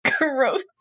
Gross